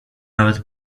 nawet